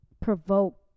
provoke